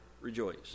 rejoice